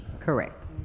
Correct